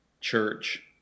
church